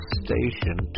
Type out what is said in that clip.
station